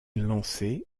lancé